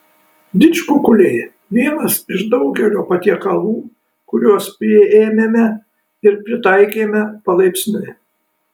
didžkukuliai vienas iš daugelio patiekalų kuriuos priėmėme ir pritaikėme palaipsniui